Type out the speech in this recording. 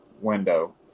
window